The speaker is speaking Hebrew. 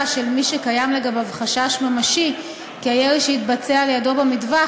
של מי שקיים לגביו חשש ממשי כי הירי שיתבצע על-ידו במטווח